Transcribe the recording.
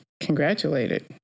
congratulated